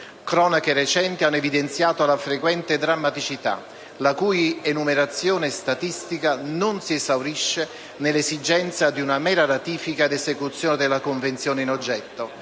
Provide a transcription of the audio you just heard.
Cronache recenti hanno evidenziato la frequente drammaticità, la cui enumerazione statistica non si esaurisce nell'esigenza di una mera ratifica ed esecuzione della Convenzione in oggetto: